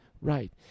Right